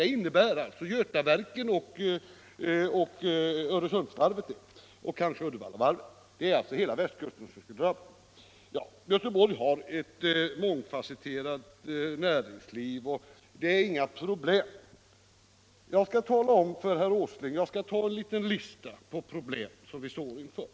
Det skulle innebära Götaverken, Öresundsvarvet och kanske Uddevallavarvet. Det är alltså västkusten som skulle drabbas. Göteborg har ett mångfasetterat näringsliv och det finns inga problem där, menade herr Åsling. Jag skall ge herr Åsling en liten lista på problem som vi står inför.